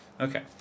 Okay